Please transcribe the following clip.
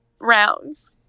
rounds